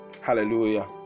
hallelujah